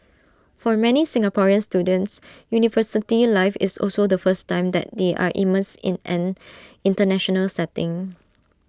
for many Singaporean students university life is also the first time that they are immersed in an International setting